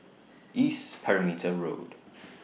East Perimeter Road